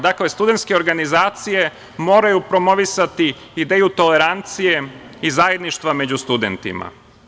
Dakle, studentske organizacije moraju promovisati ideju tolerancije i zajedništva među studentima.